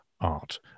art